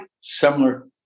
Similar